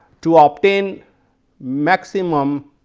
to ah obtain maximum